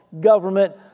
government